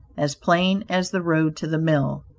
as plain as the road to the mill.